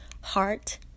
heart